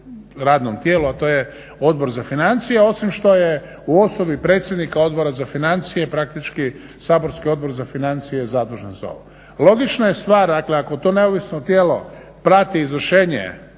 radnom tijelu a to je Odbor za financije osim što je u osobi predsjednika Odbora za financije praktički saborski Odbor za financije zadužen za ovo. Logična je stvar dakle ako to neovisno tijelo prati izvršenje